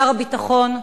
שר הביטחון,